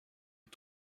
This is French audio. est